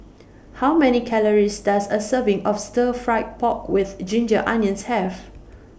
How Many Calories Does A Serving of Stir Fry Pork with Ginger Onions Have